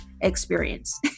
experience